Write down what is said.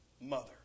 Mother